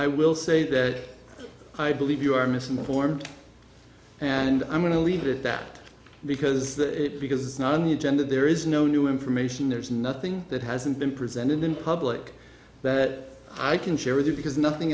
i will say that i believe you are misinformed and i'm going to leave it at that because it because it's not on the agenda there is no new information there's nothing that hasn't been presented in public that i can share with you because nothing